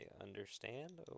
understand